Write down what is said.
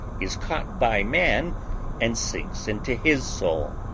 is caught by man and sinks into his soul.